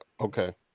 Okay